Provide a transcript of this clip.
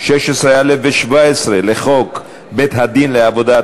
16א ו-17 לחוק בית-הדין לעבודה,